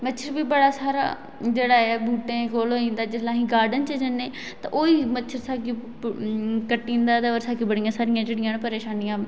मच्चर बी बड़ा सारा जेहड़ा ऐ बूहटे कोल होई जंदा जिसले अस गार्डन च जन्ने ते ओइयै मच्छर स्हानू कट्टी जंदा ते बड़ियां सारियां जेहड़ियां ना परेशानियां